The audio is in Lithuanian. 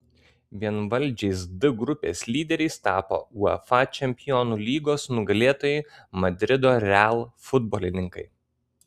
vienvaldžiais d grupės lyderiais tapo uefa čempionų lygos nugalėtojai madrido real futbolininkai